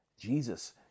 Jesus